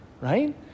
right